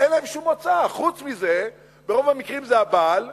אין להם שום מוצא, חוץ מזה ברוב המקרים זה הבעל,